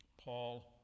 Paul